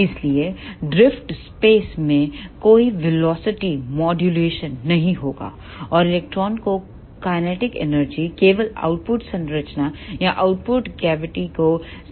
इसलिए drift space में कोई वेलोसिटी मॉड्यूलेशन नहीं होगा और इलेक्ट्रॉनों की काइनेटिक एनर्जी केवल आउटपुट संरचना या आउटपुट कैविटी को स्थानांतरित की जाएगी